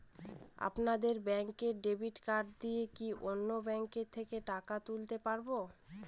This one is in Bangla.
আপনার ব্যাংকের ডেবিট কার্ড দিয়ে কি অন্য ব্যাংকের থেকে টাকা তুলতে পারবো?